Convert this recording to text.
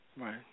Right